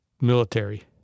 military